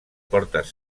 portes